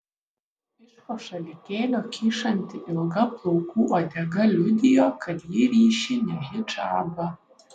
iš po šalikėlio kyšanti ilga plaukų uodega liudijo kad ji ryši ne hidžabą